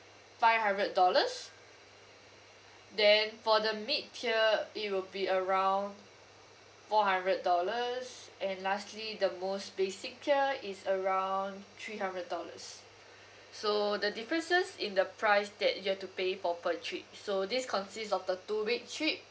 five hundred dollars then for the mid tier it will be around four hundred dollars and lastly the most basic tier is around three hundred dollars so the differences in the price that you have to pay for per trip so this consist of the two week trip